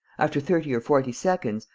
after thirty or forty seconds,